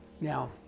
Now